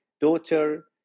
daughter